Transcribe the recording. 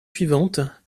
suivantes